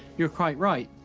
you're quite right.